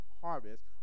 harvest